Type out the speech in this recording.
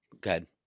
good